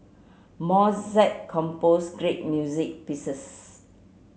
Mozart composed great music pieces